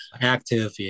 active